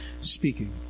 speaking